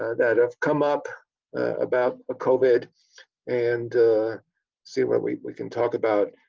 ah that have come up about ah covid and see what we we can talk about.